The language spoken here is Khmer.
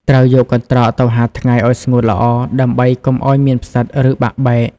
ត្រូវយកកន្ត្រកទៅហាលថ្ងៃឲ្យស្ងួតល្អ ដើម្បីកុំឲ្យមានផ្សិត ឬបាក់បែក។